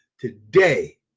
today